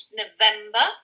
november